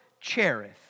Cherith